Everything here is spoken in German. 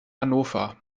hannover